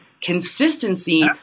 consistency –